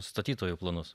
statytojų planus